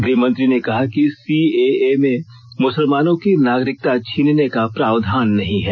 गृहमंत्री ने कहा कि सीएए में मुसलमानों की नागरिकता छीनने का प्रावधान नहीं है